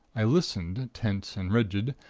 i listened, tense and rigid,